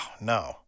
no